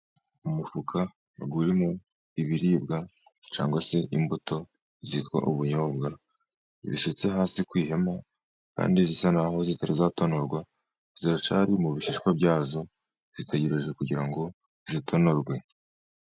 Umufuka urimo ibiribwa cyangwa se imbuto zitwa ubunyobwa, zisutse hasi ku ihema kandi zisa naho zitari zatonorwa ziracyari mu bishishwa byazo zitegereje kugira ngo zitonorwe.